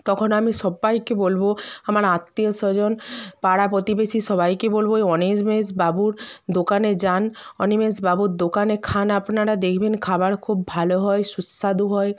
তখন আমি সব্বাইকে বলবো আমার আত্মীয় স্বজন পাড়া প্রতিবেশি সবাইকে বলবো ওই অনিমেষ বাবুর দোকানে যান অনিমেষ বাবুর দোকানে খান আপনারা দেখবেন খাবার খুব ভালো হয় সুস্বাদু হয়